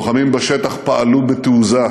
הלוחמים בשטח פעלו בתעוזה,